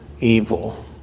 evil